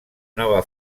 nova